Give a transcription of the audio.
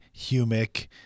humic